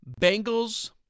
Bengals